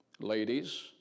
Ladies